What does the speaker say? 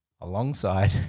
alongside